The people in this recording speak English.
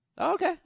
Okay